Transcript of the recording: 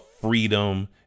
freedom